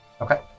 Okay